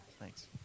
Thanks